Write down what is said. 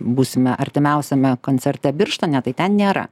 būsime artimiausiame koncerte birštone tai ten nėra